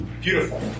beautiful